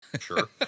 Sure